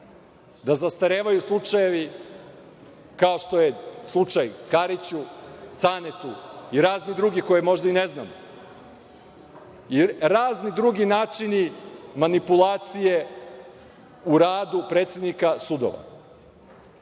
da zastarevaju slučajevi, kao što je slučaj Kariću, Canetu i raznih drugih koje možda i ne znamo, i razni drugi načini manipulacije u radu predsednika sudova. Ovo